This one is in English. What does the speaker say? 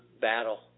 battle